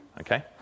okay